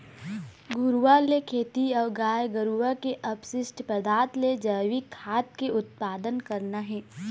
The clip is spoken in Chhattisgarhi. घुरूवा ले खेती अऊ गाय गरुवा के अपसिस्ट पदार्थ ले जइविक खाद के उत्पादन करना हे